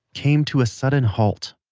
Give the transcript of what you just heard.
came to a sudden halt.